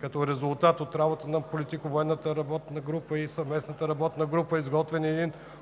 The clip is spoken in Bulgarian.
като резултат от работата на Политико-военната група и Съвместната работна група е изготвен един